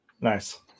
Nice